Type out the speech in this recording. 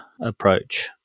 approach